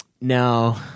no